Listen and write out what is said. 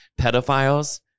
pedophiles